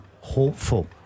hopeful